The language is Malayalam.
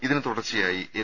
ഇതിന് തുടർച്ചയായി എൻ